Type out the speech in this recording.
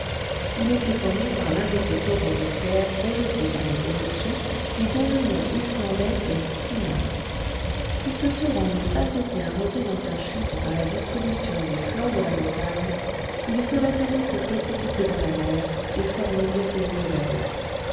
il était formé par l'un de ces torrents de pierres rejetées par les éruptions et dont le nom islandais est stinâ si ce torrent n'eût pas été arrêté dans sa chute par la disposition des flancs de la montagne il serait allé se précipiter dans la mer et former des îles nouvelles